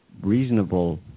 reasonable